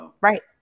Right